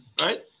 right